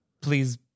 please